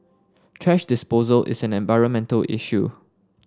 thrash disposal is an environmental issue